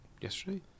yesterday